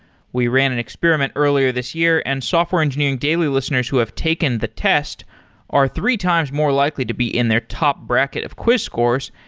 we ran an experiment earlier this year and software engineering daily listeners who have taken the test are three times more likely to be in their top bracket of quiz scores.